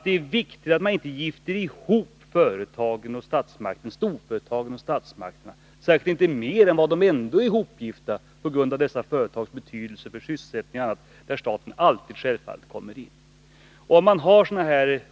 Det är viktigt att man inte gifter ihop storföretagen och statsmakterna, särskilt inte mer än de ändå är hopgifta på grund av dessa företags betydelse för sysselsättning och annat där staten självfallet alltid kommer in.